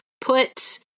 put